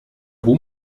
boom